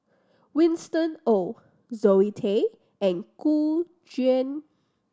Winston Oh Zoe Tay and Gu Juan